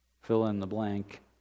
fill-in-the-blank